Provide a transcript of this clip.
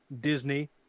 Disney